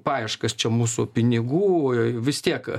paieškas čia mūsų pinigų a vis tiek